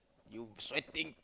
you sweating